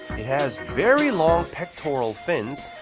it has very long pectoral fins,